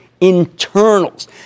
internals